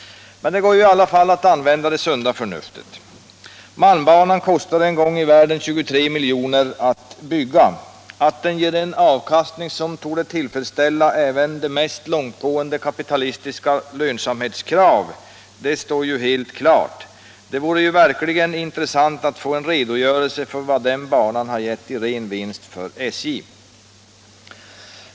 Men det går ju att använda sunda förnuftet. Malmbanan kostade en gång i tiden 23 miljoner att bygga. Att den ger en avkastning som torde tillfredsställa även de mest långtgående kapitalistiska lönsamhetskrav står helt klart. Det vore verkligen intressant att få en redogörelse för vad den banan har gett i ren vinst för SJ.